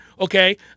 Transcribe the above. Okay